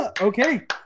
Okay